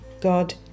God